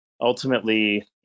ultimately